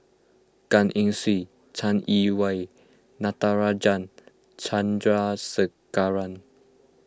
Gan Eng Seng Chai Yee Wei Natarajan Chandrasekaran